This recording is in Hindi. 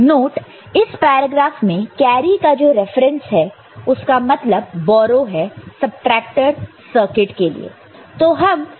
नोट इस पैराग्राफ में कैरी का जो रेफरेंस है उसका मतलब बोरो है सबट्रैक्टर सर्किट के लिए